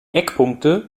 eckpunkte